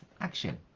action